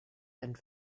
and